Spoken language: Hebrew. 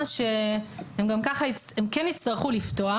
מזכירה שהם כן יצטרכו לפתוח,